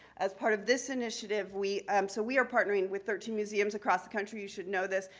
as part of this initiative we um so we are partnering with thirteen museums across the country, you should know this.